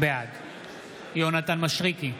בעד יונתן מישרקי,